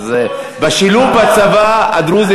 אז בשילוב בצבא, הדרוזים